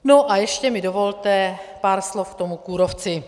A ještě mi dovolte pár slov k tomu kůrovci.